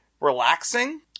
relaxing